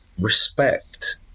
respect